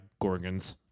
gorgons